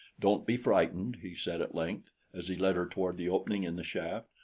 don't be frightened, he said at length, as he led her toward the opening in the shaft.